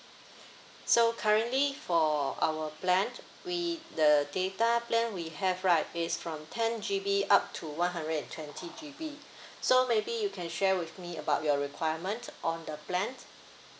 so currently for our plan we the data plan we have right is from ten G_B up to one hundred and twenty G_B so maybe you can share with me about your requirement on the plans